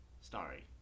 Sorry